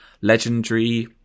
legendary